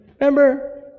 Remember